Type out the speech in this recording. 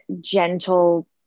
gentle